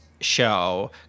show